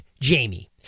Jamie